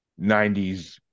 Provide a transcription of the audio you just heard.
90s